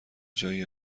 جایی